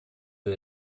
для